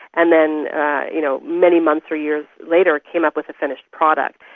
and then you know many months or years later came up with the finished project.